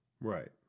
Right